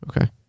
okay